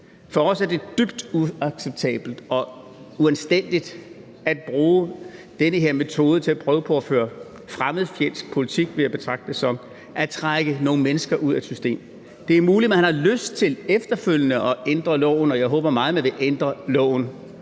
For os er det dybt uacceptabelt og uanstændigt at bruge den her metode til at prøve på at føre fremmedfjendsk politik ved at betragte det som at trække nogle mennesker ud af et system. Det er muligt, at man har lyst til efterfølgende at ændre loven, og jeg håber meget, at man vil ændre loven